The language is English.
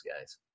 guys